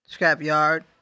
Scrapyard